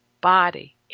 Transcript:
body